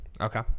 Okay